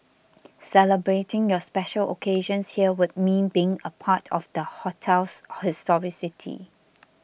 celebrating your special occasions here would mean being a part of the hotel's historicity